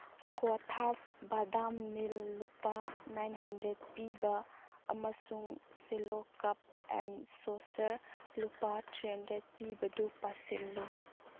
ꯀꯣꯊꯥꯁ ꯕꯗꯥꯝ ꯃꯤꯜꯛ ꯂꯨꯄꯥ nine hundred ꯄꯤꯕ ꯑꯃꯁꯨꯡ ꯁꯤꯂꯣ ꯀꯞ ꯑꯦꯟ ꯁꯣꯁꯔ ꯂꯨꯄꯥ ꯊ꯭ꯔꯤ ꯍꯟꯗ꯭ꯔꯦꯠ ꯄꯤꯕꯗꯨ ꯄꯥꯁꯤꯜꯂꯨ